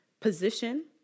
position